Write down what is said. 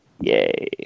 yay